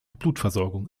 blutversorgung